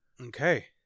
Okay